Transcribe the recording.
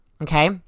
Okay